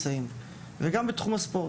וגם בתחום הספורט.